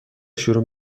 شروع